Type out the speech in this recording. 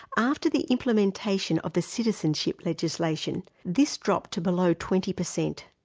after the implementation of the citizenship legislation, this dropped to below twenty percent.